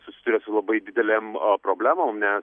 susiduria su labai didelėm problemom nes